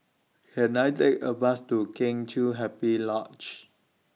Can I Take A Bus to Kheng Chiu Happy Lodge